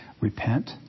Repent